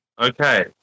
Okay